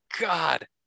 God